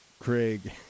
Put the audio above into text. Craig